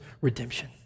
redemption